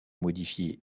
modifié